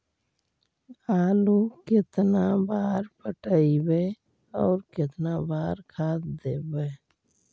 आलू केतना बार पटइबै और केतना बार खाद देबै?